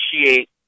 appreciate –